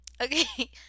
Okay